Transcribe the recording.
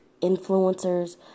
influencers